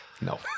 No